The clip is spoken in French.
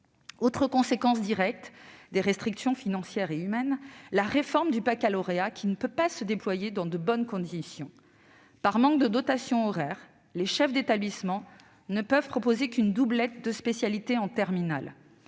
Autre conséquence directe des restrictions financières et humaines : la réforme du baccalauréat ne peut pas se déployer dans de bonnes conditions. Par manque de dotations horaires, les chefs d'établissement ne peuvent proposer qu'une doublette de spécialités en terminale